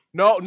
no